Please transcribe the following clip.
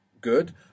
Good